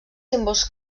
símbols